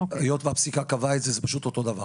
היות והפסיקה קבעה את זה, זה פשוט אותו דבר.